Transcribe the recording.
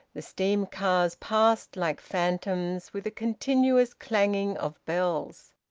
the steam-cars passed like phantoms, with a continuous clanging of bells.